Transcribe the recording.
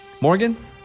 Morgan